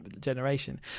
generation